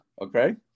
okay